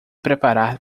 preparar